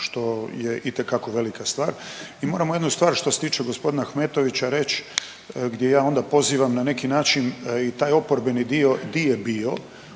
što je itekako velika stvar. I moramo jednu stvar što se tiče gospodina Ahmetovića reći gdje ja onda pozivam na neki način i taj oporbeni dio gdje je bio.